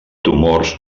tumors